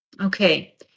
okay